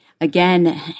again—